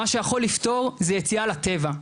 מה שיכול לפתור זה יציאה לטבע,